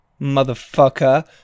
motherfucker